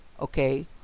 okay